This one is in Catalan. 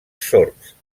sords